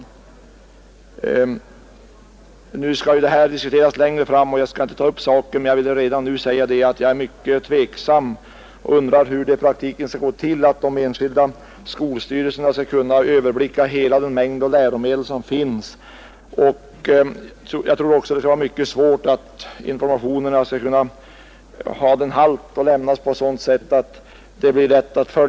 Denna fråga skall alltså diskuteras längre fram, och jag skall nu inte ta upp saken. Men jag vill redan nu säga att jag är mycket tveksam och undrar hur det i praktiken skall vara möjligt för de enskilda skolstyrelserna att överblicka hela den mängd av läromedel som finns. Jag tror också att det blir mycket svårt att ge information av den halt som är önskvärd.